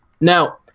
Now